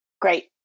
Great